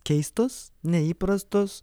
keistos neįprastos